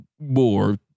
more